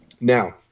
Now